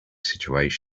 situation